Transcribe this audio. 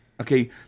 Okay